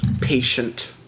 patient